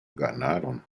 ganaron